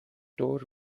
دور